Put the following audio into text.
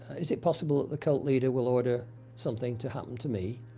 is it possible that the cult leader will order something to happen to me?